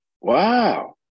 Wow